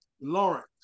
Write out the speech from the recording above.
Lawrence